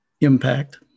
Impact